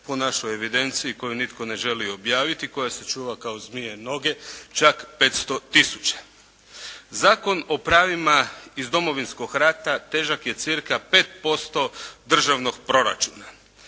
po našoj evidenciji koji nitko ne želi objaviti, koja se čuva kao zmije noge, čak 500 tisuća. Zakon o pravima iz Domovinskog rata težak je cca 5% državnog proračuna.